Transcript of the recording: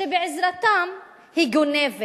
שבעזרתם היא גונבת